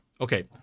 Okay